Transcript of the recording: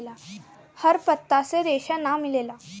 हर पत्ता से रेशा ना मिलेला